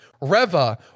Reva